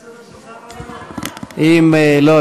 לא,